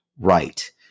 right